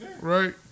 right